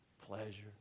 Pleasure